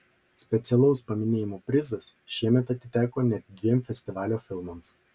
specialaus paminėjimo prizas šiemet atiteko net dviem festivalio filmams